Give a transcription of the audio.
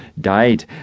died